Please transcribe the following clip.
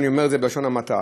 ואני אומר את זה בלשון המעטה,